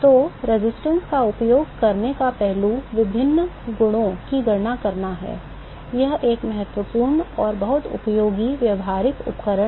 तो प्रतिरोध का उपयोग करने का पहलू विभिन्न गुणों की गणना करना है यह एक महत्वपूर्ण और बहुत उपयोगी व्यावहारिक उपकरण है